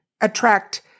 attract